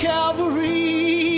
Calvary